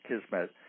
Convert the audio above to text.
kismet